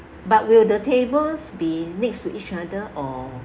but will the tables be next to each other or